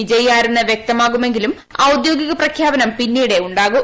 വിജയി ആരെന്ന് വൃക്തമാകുമെങ്കിലും ഔദ്യോഗിക പ്രഖ്യാപനം പിന്നീടേ ഉണ്ടാകൂ